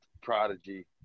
prodigy